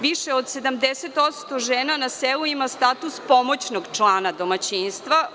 Više od 70% žena na selu ima status pomoćnog člana domaćinstva.